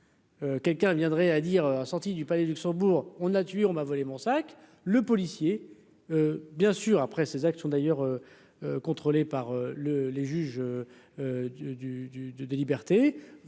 Quelqu'un viendrait à dire sortie du Palais du Luxembourg, on a tué, on m'a volé mon sac, le policier bien sûr après ces actes sont d'ailleurs contrôlé par le les juges du du